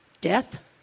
Death